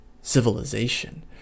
civilization